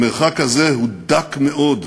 המרחק הזה הוא דק מאוד,